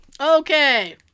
Okay